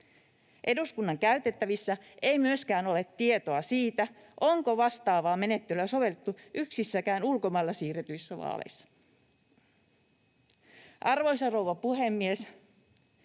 Eduskunnan käytettävissä ei myöskään ole tietoa siitä, onko vastaavaa menettelyä sovellettu yksissäkään ulkomailla siirretyissä vaaleissa. Arvoisa rouva puhemies!